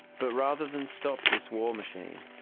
but rather than stop this war machine,